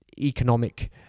economic